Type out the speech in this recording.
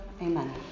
amen